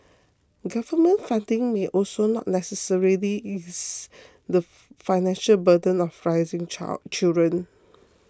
government funding may also not necessarily ease the financial burden of raising child children